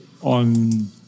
on